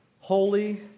holy